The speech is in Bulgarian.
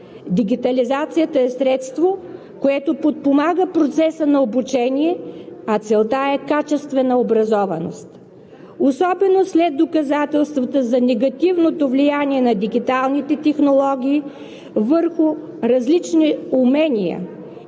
Дигитализацията е средство, което подпомага процеса на обучение, а целта е качествена образованост, особено след доказателствата за негативното влияние на дигиталните технологии върху различни умения